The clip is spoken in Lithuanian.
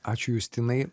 ačiū justinai